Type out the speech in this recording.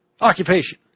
occupation